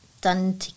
done